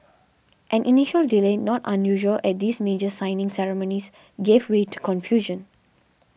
an initial delay not unusual at these major signing ceremonies gave way to confusion